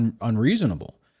unreasonable